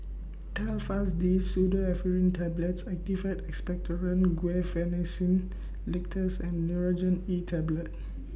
Telfast D Pseudoephrine Tablets Actified Expectorant Guaiphenesin Linctus and Nurogen E Tablet